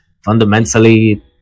fundamentally